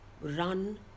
run